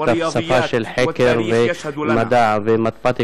שפה של חקר ומדע ומתמטיקה,